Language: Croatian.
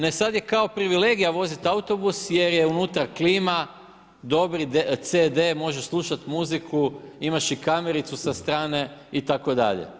Ne sad je kao privilegija voziti autobus jer je unutra klima, dobri CD, možeš slušat i muziku, imaš i kamericu sa strane itd.